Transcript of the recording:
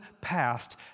past